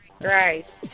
Right